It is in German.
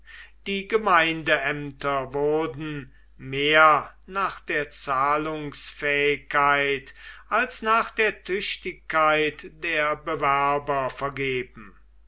die gemeindeämter wurden mehr nach der zahlungsfähigkeit als nach der tüchtigkeit der bewerber vergeben